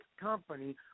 company